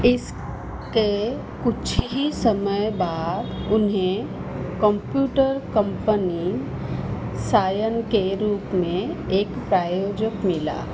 इसके कुछ ही समय बाद उन्हें कंप्यूटर कंपनी सायन के रूप में एक प्रायोजक मिला